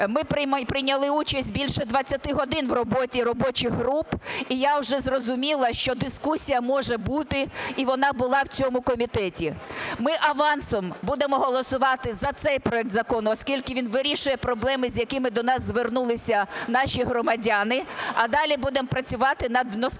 Ми прийняли участь більше 20 годин в роботі робочих груп, і я вже зрозуміла, що дискусія може бути і вона була в цьому комітеті. Ми авансом будемо голосувати за цей проект закону, оскільки він вирішує проблеми, з якими до нас звернулися наші громадяни. А далі будемо працювати над